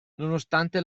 nonostante